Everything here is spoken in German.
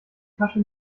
tasche